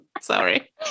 Sorry